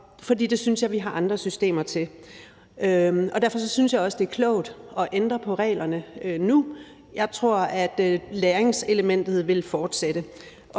for det synes jeg vi har andre systemer til. Derfor synes jeg også, det er klogt at ændre på reglerne nu. Jeg tror, at læringselementet vil fortsætte.